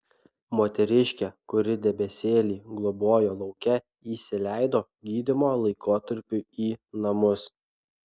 moteriškė kuri debesėlį globojo lauke įsileido gydymo laikotarpiui į namus